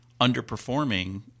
underperforming